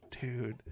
Dude